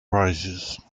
prizes